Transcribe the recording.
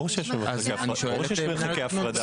ברור שיש מרחק הפרדה.